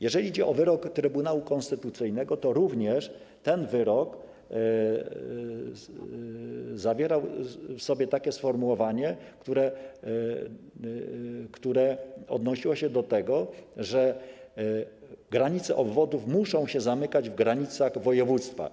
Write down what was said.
Jeżeli chodzi o wyrok Trybunału Konstytucyjnego, to również ten wyrok zawierał w sobie sformułowanie, które odnosiło się do tego, że granice obwodów muszą się zamykać w granicach województwa.